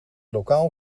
lokaal